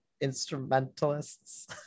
instrumentalists